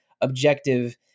objective